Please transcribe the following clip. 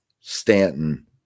Stanton